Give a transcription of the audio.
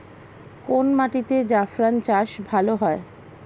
কোন মাটিতে জাফরান চাষ ভালো হয়?